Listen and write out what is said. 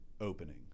opening